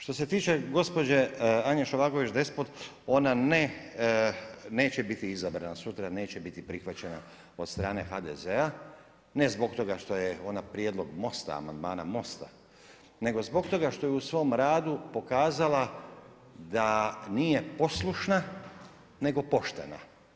Što se tiče gospođe Ane Šovagoić Despot, ona neće biti izabrana, sutra neće biti prihvaćena od strane HDZ-a ne zbog toga što je ona prijedlog Mosta, amandmana Mosta, nego zbog toga što je u svom radu, pokazala da nije poslušna nego poštena.